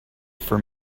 for